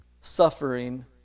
suffering